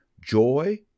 joy